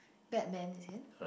Batman is it